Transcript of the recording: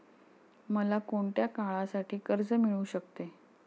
मला कोणत्या काळासाठी कर्ज मिळू शकते?